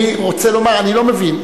אני רוצה לומר, אני לא מבין.